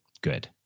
good